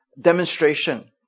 demonstration